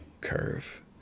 curve